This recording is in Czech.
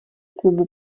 klubu